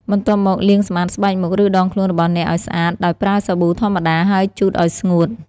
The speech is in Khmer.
បន្ទាប់មកលាងសម្អាតស្បែកមុខ ឬដងខ្លួនរបស់អ្នកឱ្យស្អាត ដោយប្រើសាប៊ូធម្មតា ហើយជូតឱ្យស្ងួត។